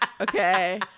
Okay